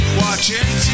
watching